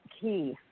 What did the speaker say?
key